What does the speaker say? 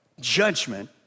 judgment